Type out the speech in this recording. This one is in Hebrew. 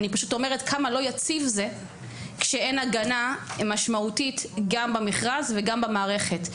אני פשוט אומרת כמה לא יציב זה שאין הגנה משמעותית גם במכרז וגם במערכת,